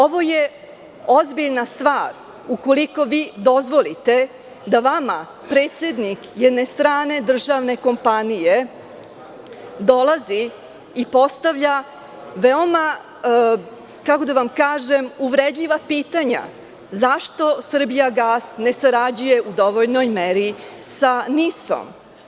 Ovo je ozbiljna stvar ukoliko vi dozvolite da vam predsednik jedne strane državne kompanije dolazi i postavlja veoma, kako da kažem, veoma uvredljiva pitanja zašto „Srbijagas“ ne sarađuje u dovoljnoj meri sa NIS?